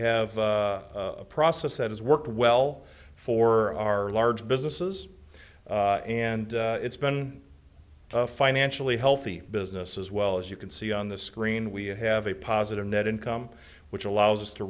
have a process that has worked well for our large businesses and it's been financially healthy business as well as you can see on the screen we have a positive net income which allows us to